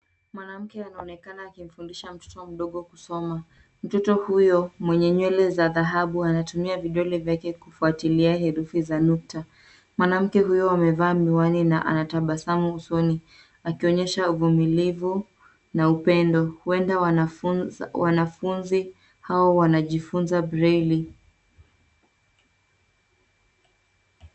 Mwanamke anaonekana akimfundisha mtoto mdogo kusoma. Mtoto huyo mwenye nywele za dhahabu anatumia vidole vyake kufuatilia herufi za nukta. Mwanamke huyo amevaa miwani na anatabasamu usoni. Akionyesha uvumilivu na upendo. Huenda wanafunzi, hao wanajifunza breili.